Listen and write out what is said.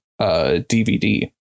DVD